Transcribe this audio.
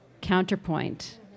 counterpoint